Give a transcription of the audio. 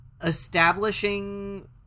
establishing